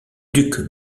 duc